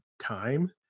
time